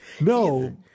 no